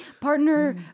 partner